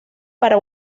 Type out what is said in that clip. para